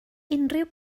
unrhyw